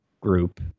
group –